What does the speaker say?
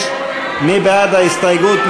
5. מי בעד ההסתייגות?